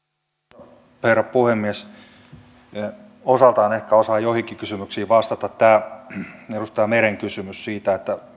arvoisa herra puhemies osaltani ehkä osaan joihinkin kysymyksiin vastata edustaja meren kysymys siitä